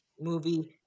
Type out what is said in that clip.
movie